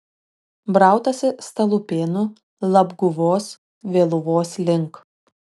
brautasi stalupėnų labguvos vėluvos link